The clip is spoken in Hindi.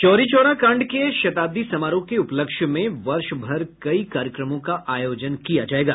चौरी चौरा कांड के शताब्दी समारोह के उपलक्ष्य में वर्ष भर कई कार्यक्रमों का आयोजन किया जायेगा